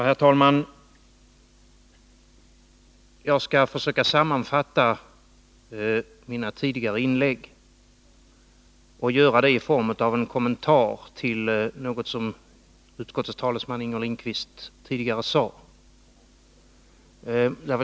Herr talman! Jag skall försöka sammanfatta mina tidigare inlägg och göra det i form av en kommentar till det som utskottets talesman Inger Lindquist tidigare sade.